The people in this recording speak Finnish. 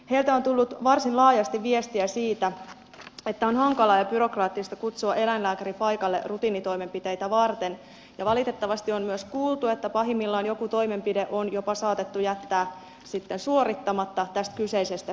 heiltä on tullut varsin laajasti viestiä siitä että on hankalaa ja byrokraattista kutsua eläinlääkäri paikalle rutiinitoimenpiteitä varten ja valitettavasti on myös kuultu että pahimmillaan joku toimenpide on jopa saatettu jättää sitten suorittamatta tästä kyseisestä syystä